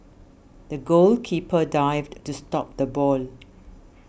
the goalkeeper dived to stop the ball